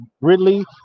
Ridley